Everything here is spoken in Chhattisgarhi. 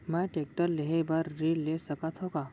मैं टेकटर लेहे बर ऋण ले सकत हो का?